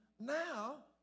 now